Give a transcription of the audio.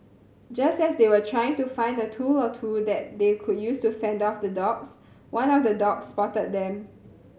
just as they were trying to find a tool or two that they could use to fend off the dogs one of the dogs spotted them